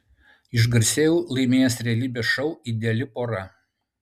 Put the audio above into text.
išgarsėjau laimėjęs realybės šou ideali pora